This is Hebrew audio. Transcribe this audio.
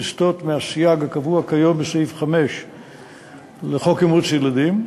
לסטות מהסייג הקבוע כיום בסעיף 5 לחוק אימוץ ילדים,